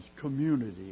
community